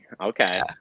Okay